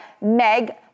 Meg